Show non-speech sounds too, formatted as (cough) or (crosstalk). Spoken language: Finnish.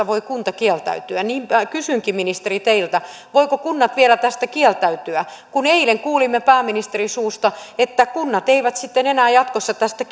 (unintelligible) voi kunta kieltäytyä kysynkin ministeri teiltä voivatko kunnat vielä tästä kieltäytyä eilen kuulimme pääministerin suusta että kunnat eivät enää jatkossa tästä (unintelligible)